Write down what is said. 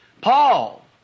Paul